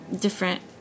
different